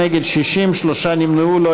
של קבוצת סיעת המחנה הציוני,